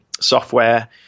software